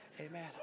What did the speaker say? amen